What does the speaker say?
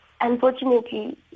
unfortunately